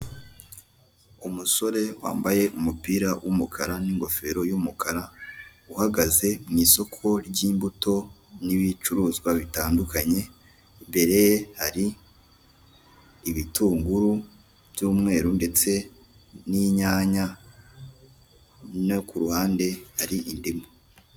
Umusore wambaye umupira w'umukara ningofero y'umukara uhagaze mwisoko ryimbuto nibicuruzwa bitandukanye, imbere hari ibitunguru by'umweru ndetse n'inyanya no kuruhande hari indimu.